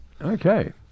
Okay